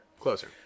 closer